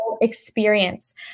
experience